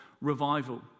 revival